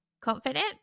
confident